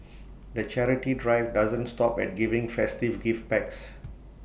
the charity drive doesn't stop at giving festive gift packs